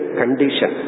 condition